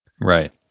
Right